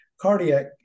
cardiac